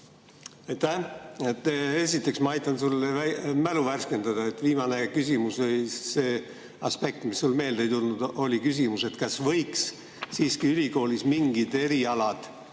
Esiteks, ma aitan sul mälu värskendada. Viimane küsimus, see aspekt, mis sul meelde ei tulnud, oli küsimus, kas võiks ülikoolis siiski mingeid erialasid,